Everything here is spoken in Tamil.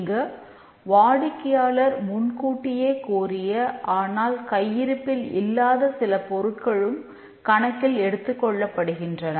இங்கு வாடிக்கையாளர் முன்கூட்டியே கோரிய ஆனால் கையிருப்பில் இல்லாத சில பொருட்களும் கணக்கில் எடுத்துக் கொள்ளப்படுகின்றன